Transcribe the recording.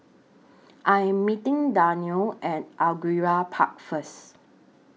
I Am meeting Danelle At Angullia Park First